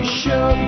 show